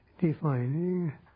defining